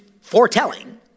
foretelling